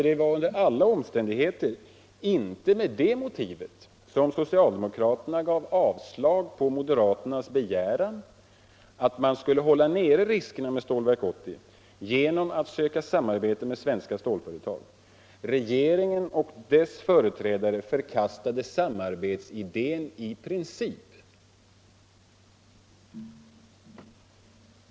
Det var under alla omständigheter inte det motivet som socialdemokraterna gav för avslag på moderaternas begäran att man skulle hålla nere riskerna med Stålverk 80 genom att söka samarbete med svenska stålföretag. Regeringen och dess företrädare förkastade samarbetsidén i princip.